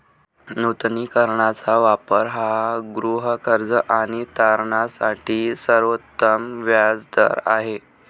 नूतनीकरणाचा वापर हा गृहकर्ज आणि तारणासाठी सर्वोत्तम व्याज दर आहे